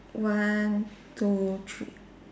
one two three